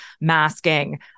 masking